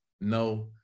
No